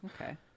Okay